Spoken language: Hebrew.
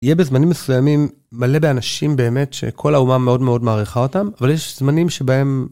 יהיה בזמנים מסוימים מלא באנשים באמת שכל האומה מאוד מאוד מעריכה אותם אבל יש זמנים שבהם.